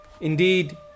indeed